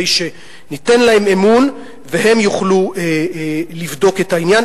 שניתן בהם אמון והם יוכלו לבדוק את העניין,